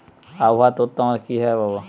আবহাওয়ার তথ্য আমরা কিভাবে পাব?